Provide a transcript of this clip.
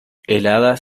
heladas